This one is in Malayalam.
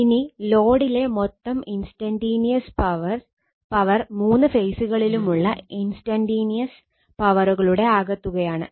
ഇനി ലോഡിലെ മൊത്തം ഇൻസ്റ്റന്റീനിയസ് പവർ മൂന്ന് ഫേസുകളിലുമുള്ള ഇൻസ്റ്റന്റീനിയസ് പവറുകളുടെ ആകെത്തുകയാണ്